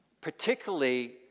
particularly